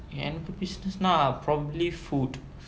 எனக்கு:enakku business nah probably food